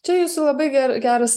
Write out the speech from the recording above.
čia jūsų labai ger geras